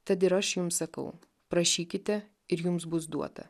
tad ir aš jums sakau prašykite ir jums bus duota